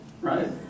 right